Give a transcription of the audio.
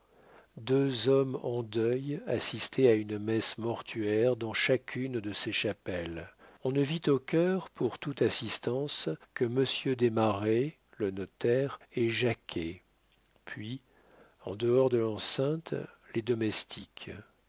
deux hommes en deuil assistaient à une messe mortuaire dans chacune de ces chapelles on ne vit au chœur pour toute assistance que monsieur desmarets le notaire et jacquet puis en dehors de l'enceinte les domestiques